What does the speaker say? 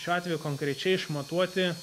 šiuo atveju konkrečiai išmatuoti